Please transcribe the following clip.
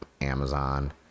Amazon